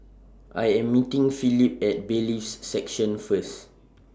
I Am meeting Philip At Bailiffs' Section First